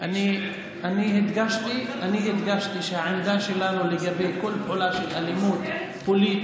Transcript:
אני הדגשתי שהעמדה שלנו לגבי כל פעולה של אלימות פוליטית,